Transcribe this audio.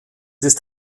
ist